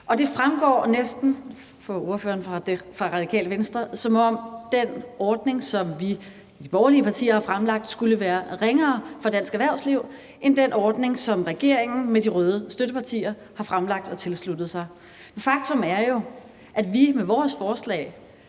ordførers indlæg, som om den ordning, som vi i de borgerlige partier har fremlagt, skulle være ringere for dansk erhvervsliv end den ordning, som regeringen med de røde støttepartier har fremlagt, og som man har tilsluttet sig. Faktum er jo, at vi med vores forslag